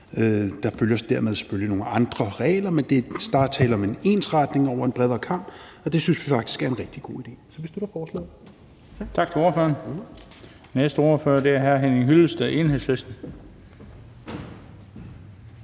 dermed selvfølgelig nogle andre regler, men der er tale om en ensretning over en bredere kam, og det synes vi faktisk er en rigtig god idé. Så vi støtter forslaget.